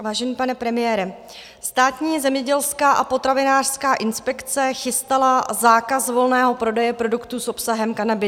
Vážený pane premiére, Státní zemědělská a potravinářská inspekce chystala zákaz volného prodeje produktů s obsahem kanabidiolu.